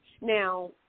Now